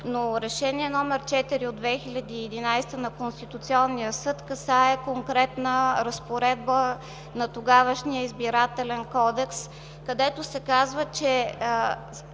но Решение № 4 от 2011 г. на Конституционния съд касае конкретна разпоредба на тогавашния Избирателен кодекс, където се казва, че